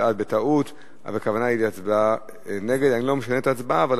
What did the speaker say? בעד, 8, אין מתנגדים ואין נמנעים.